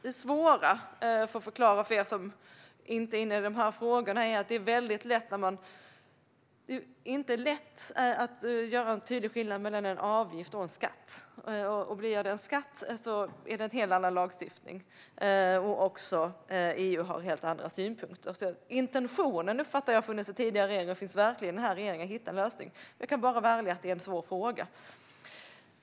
Det svåra, för att förklara för er som inte är så inne i de här frågorna, är att det inte är lätt att göra en tydlig skillnad mellan en avgift och en skatt. Blir det en skatt blir det en helt annan lagstiftning, och EU har då också helt andra synpunkter. Intentionen att hitta en lösning uppfattar jag har funnits i tidigare regeringar, och den finns verkligen i den här regeringen. Jag kan bara vara ärlig och säga att det är en svår fråga.